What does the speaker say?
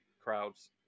crowds